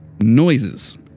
noises